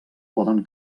poden